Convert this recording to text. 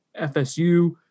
FSU